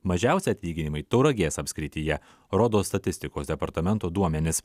mažiausi atlyginimai tauragės apskrityje rodo statistikos departamento duomenys